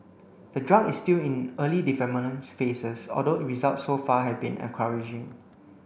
the drug is still in early development phases although results so far have been encouraging